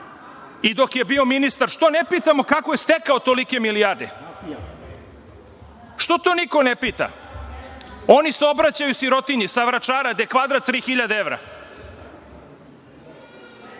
i dok je bio ministar što ne pitamo kako je stekao tolike milijarde? Što to niko ne pita? Oni se obraćaju sirotinji sa Vračara gde je kvadrat 3.000